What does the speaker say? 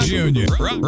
Junior